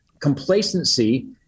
complacency